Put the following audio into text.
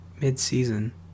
mid-season